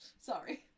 Sorry